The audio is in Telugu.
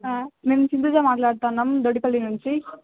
మేము సిందూజా మాట్లాడుతున్నాము దొడ్డి పల్లి నంచి